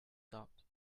doubt